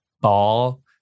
ball